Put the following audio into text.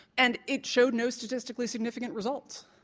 and it showed no statistically significant results.